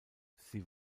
sie